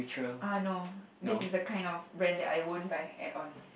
uh no this is a kind of brand that I won't buy at all